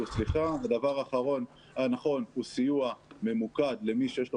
הדבר הנכון הוא סיוע ממוקד למי שיש לו